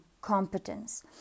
competence